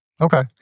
Okay